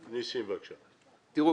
ראו,